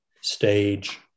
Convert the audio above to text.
stage